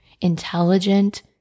intelligent